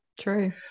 True